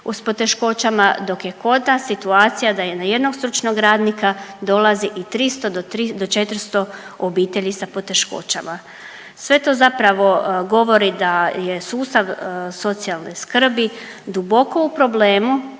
s poteškoćama dok je kod nas situacija da je na jednog stručnog radnika dolazi i 300 do 400 obitelji sa poteškoćama. Sve to zapravo govori da je sustav socijalne skrbi duboko u problemu